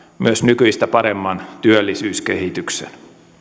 myös nykyistä paremman työllisyyskehityksen